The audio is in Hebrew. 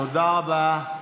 תודה רבה.